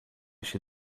się